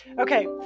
Okay